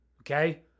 Okay